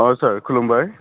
अ सार खुलुमबाय